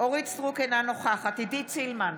אורית מלכה סטרוק, אינה נוכחת עידית סילמן,